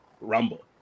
Rumble